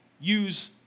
Use